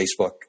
Facebook